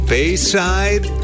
Bayside